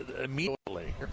immediately